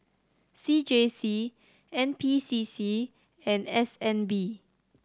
C J C N P C C and S N B